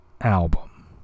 album